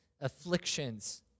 afflictions